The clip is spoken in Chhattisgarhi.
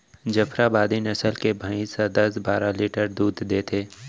जफराबादी नसल के भईंस ह दस बारा लीटर दूद देथे